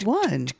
one